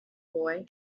boy